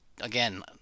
again